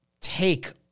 take